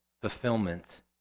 fulfillment